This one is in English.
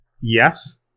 yes